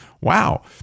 wow